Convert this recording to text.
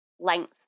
length